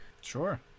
Sure